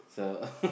so